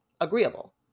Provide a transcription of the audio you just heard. agreeable